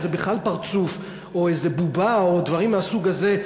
איזה בכלל פרצוף או איזה בובה או דברים מהסוג הזה,